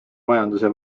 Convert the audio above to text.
majanduse